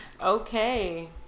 Okay